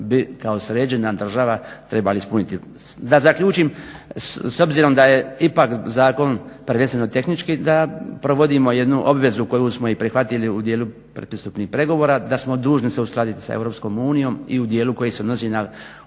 kao sređena država trebali ispuniti. Da zaključim, s obzirom da je ipak zakon prvenstveno tehnički, da provodimo jednu obvezu koju smo i prihvatili u dijelu pretpristupnih pregovora, da smo dužni se uskladiti se sa EU i u dijelu koji se odnosi na